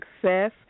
success